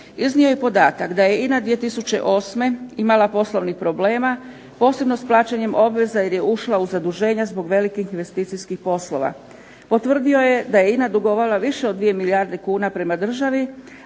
Iznio je i podatak da je INA 2008. imala poslovnih problema, posebno s plaćanjem obveza jer je ušla u zaduženja zbog velikih investicijskih poslova. Potvrdio je da je INA dugovala više od 2 milijarde kuna prema državi,